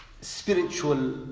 spiritual